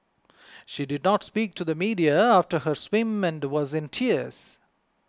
she did not speak to the media after her swim and was in tears